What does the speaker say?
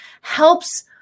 helps